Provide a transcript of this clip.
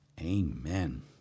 Amen